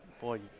Boy